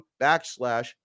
backslash